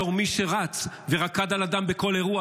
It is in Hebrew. בתור מי שרץ ורקד על הדם בכל אירוע,